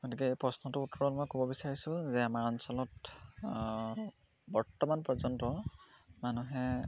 গতিকে এই প্ৰশ্নটো উত্তৰত মই ক'ব বিচাৰিছোঁ যে আমাৰ অঞ্চলত বৰ্তমান পৰ্যন্ত মানুহে